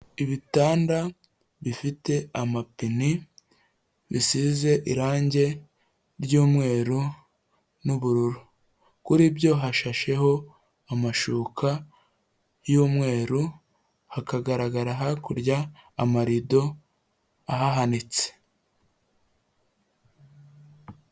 Ibitanda bifite amapine bisize irange ry'umweru n'ubururu, kuri byo hashasheho amashuka y'umweru hakagaragara hakurya amarido ahanitse.